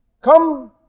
come